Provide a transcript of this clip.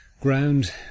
ground